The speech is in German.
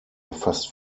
erfasst